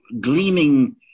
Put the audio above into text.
gleaming